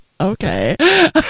okay